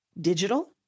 Digital